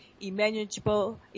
imaginable